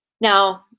Now